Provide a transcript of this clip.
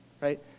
right